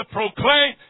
proclaim